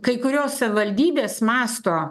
kai kurios savivaldybės mąsto